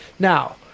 Now